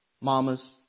Mamas